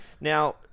Now